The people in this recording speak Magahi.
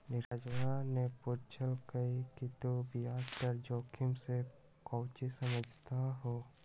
नीरजवा ने पूछल कई कि तू ब्याज दर जोखिम से काउची समझा हुँ?